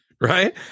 Right